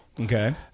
Okay